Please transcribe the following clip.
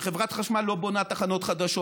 חברת חשמל לא בונה תחנות חדשות,